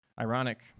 Ironic